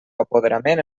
apoderament